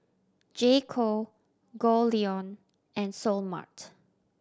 J Co Goldlion and Seoul Mart